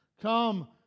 Come